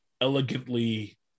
elegantly